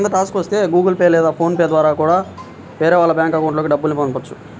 Google Pay లేదా PhonePe ద్వారా కూడా వేరే వాళ్ళ బ్యేంకు అకౌంట్లకి డబ్బుల్ని పంపొచ్చు